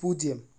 പൂജ്യം